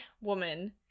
woman